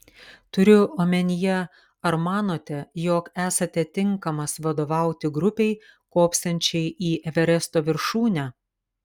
turiu omenyje ar manote jog esate tinkamas vadovauti grupei kopsiančiai į everesto viršūnę